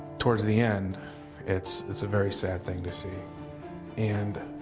towards the end it's it's a very sad thing to see and